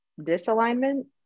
disalignment